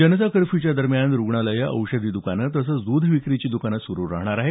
जनता कर्फ्यूच्या दरम्यान रुग्णालयं औषधी दकानं तसंच दध विक्रीचे दकानं सुरू राहणार आहेत